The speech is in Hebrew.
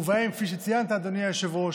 ובהם, כפי שציינת, אדוני היושב-ראש,